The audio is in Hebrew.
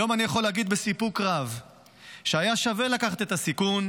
היום אני יכול להגיד בסיפוק רב שהיה שווה לקחת את הסיכון,